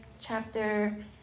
chapter